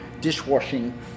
dishwashing